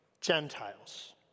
Gentiles